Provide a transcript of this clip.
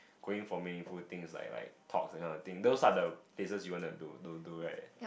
going for meaningful things like like talks that kind of thing those are the cases you wanna do do do right